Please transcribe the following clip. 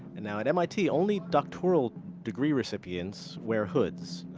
and now at mit, only doctoral degree recipients wear hoods,